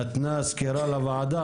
נתנה סקירה לוועדה,